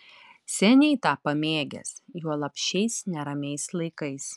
seniai tą pamėgęs juolab šiais neramiais laikais